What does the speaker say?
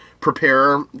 prepare